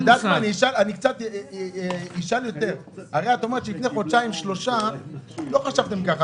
אני אשאל יותר: הרי את אומרת שלפני חודשיים שלושה לא חשבתם כך,